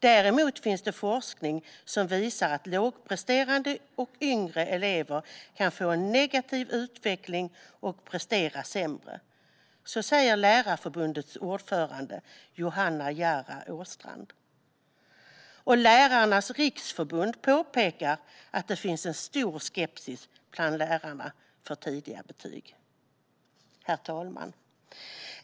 Däremot finns det forskning som visar att lågpresterande och yngre elever kan få en negativ utveckling och prestera sämre. Så säger Lärarförbundets ordförande Johanna Jaara Åstrand. Lärarnas Riksförbund påpekar att det finns en stor skepsis bland lärarna till tidigare betyg. Herr talman!